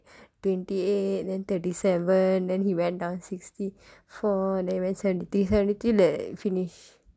twenty eight then thirty seven then he went down sixty four then went seventy seventy like finish